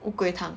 乌龟汤